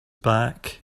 back